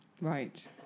Right